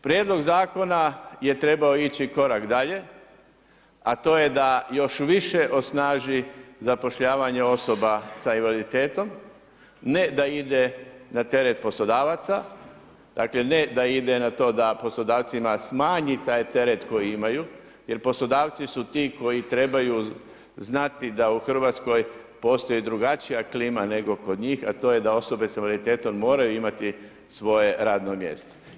Prijedlog zakona je trebao ići korak dalje, a to je da još više osnaži zapošljavanje osoba sa invaliditetom, ne da ide na teret poslodavaca, dakle ne da ide na to da poslodavcima smanji taj teret koji imaju jer poslodavci su ti koji trebaju znati da u Hrvatskoj postoji drugačija klima nego kod njih, a to je da osobe s invaliditetom moraju imati svoje radno mjesto.